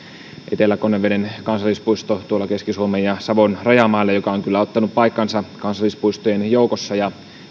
etelä konneveden kansallispuisto tuolla keski suomen ja savon rajamailla ja se on kyllä ottanut paikkansa kansallispuistojen joukossa ja